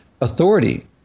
authority